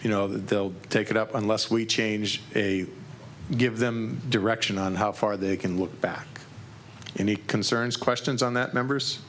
you know they'll take it up unless we change a give them direction on how far they can look back any concerns questions on that members